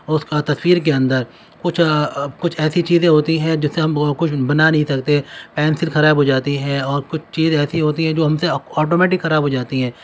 اس کا تصویر کے اندر کچھ کچھ ایسی چیزیں ہوتی ہیں جس سے ہم کچھ بنا نہیں سکتے پینسل خراب ہو جاتی ہے اور کچھ چیز ایسی ہوتی ہے جو ہم سے آٹومیٹک خراب ہو جاتی ہے